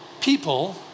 people